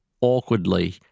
awkwardly